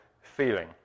feeling